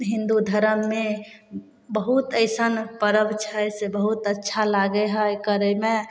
हिन्दू धर्ममे बहुत अइसन पर्व छै से बहुत अच्छा लागय हइ करयमे